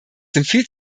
empfiehlt